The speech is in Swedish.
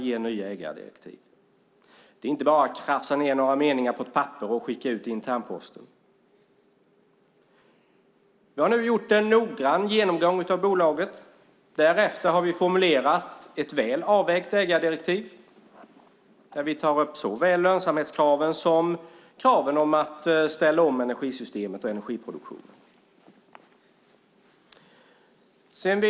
Det handlar inte om att bara krafsa ned några meningar på ett papper och skicka ut med internposten. Vi har nu gjort en noggrann genomgång av bolaget. Därefter har vi formulerat väl avvägda ägardirektiv där vi tar upp såväl lönsamhetskraven som kraven på en omställning av energisystemet och energiproduktionen.